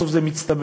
ובסוף הסכום מצטבר.